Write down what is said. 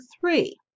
three